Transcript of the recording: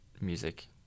music